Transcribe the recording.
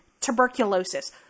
tuberculosis